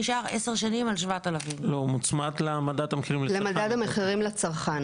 שמאפשר גם למשפחות לגדול בתוך הפרויקט.